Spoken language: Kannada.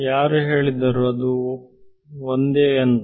ಯಾರು ಹೇಳಿದರು ಅದು ಒಂದೇ ಅಂತ